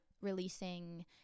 releasing